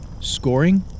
scoring